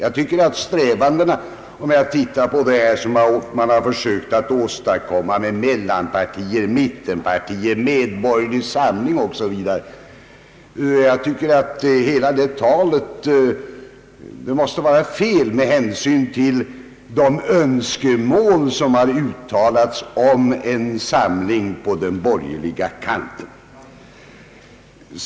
Om vi ser på vad som åstadkommits när det gäller mellanpartier, mittenpartier, medborgerlig samling osv. anser jag att dessa strävanden måste vara felaktigt inriktade med hänsyn till de önskemål som har uttalats om en samling på den borgerliga kanten.